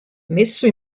messo